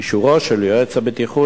אישורו של יועץ הבטיחות,